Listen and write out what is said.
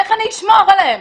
איך אני אשמור עליהם?